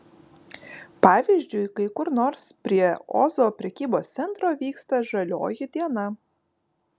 pavyzdžiui kai kur nors prie ozo prekybos centro vyksta žalioji diena